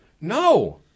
No